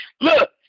Look